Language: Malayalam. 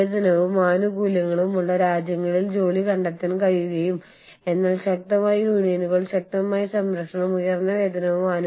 നമ്മൾക്ക് മറ്റ് രാജ്യങ്ങളിൽ നിന്നുള്ള ഗണ്യമായ എണ്ണം പൈലറ്റുമാരുണ്ട് പ്രത്യേകിച്ച് ഇന്ത്യയിൽ സ്വകാര്യ ഉടമസ്ഥതയിലുള്ള എയർലൈനുകളിൽ